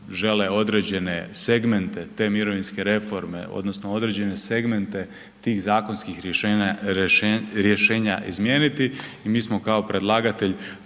žele određene segmente te mirovinske reforme odnosno određene segmente tih zakonskih rješenja izmijeniti i mi smo kao predlagatelj